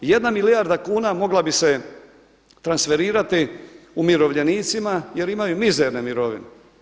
Jedna milijarda kuna mogla bi se transferirati umirovljenicima jer imaju mizerne mirovine.